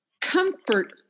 comfort